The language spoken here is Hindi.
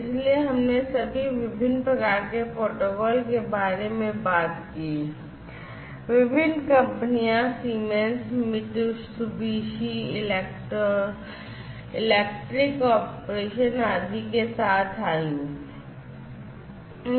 इसलिए हमने सभी विभिन्न प्रकार के प्रोटोकॉल के बारे में बात की विभिन्न कंपनियां सीमेंस मित्सुबिशी इलेक्ट्रिक कॉर्पोरेशन आदि के साथ आईं